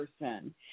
person